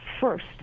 first